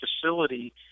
facility